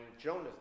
Jonas